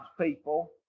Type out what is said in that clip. people